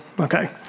Okay